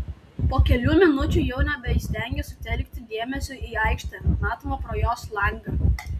po kelių minučių jau nebeįstengė sutelkti dėmesio į aikštę matomą pro jos langą